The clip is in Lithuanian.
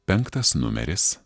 penktas numeris